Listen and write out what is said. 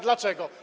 Dlaczego?